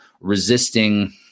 resisting